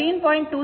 ಆದ್ದರಿಂದ ಅದು 13